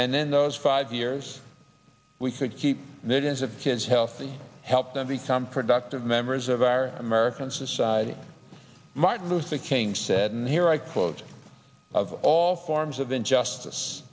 and then those five years we could keep millions of kids healthy help them become productive members of our american society martin luther king said and here i quote of all forms of injustice